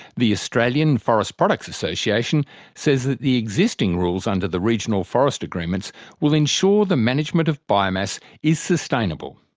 the australian forest products association says that the existing rules under the regional forest agreements will ensure the management of biomass is sustainable.